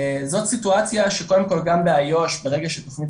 זאת סיטואציה שקודם כל גם באיו"ש ברגע שתוכנית